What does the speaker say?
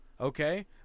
okay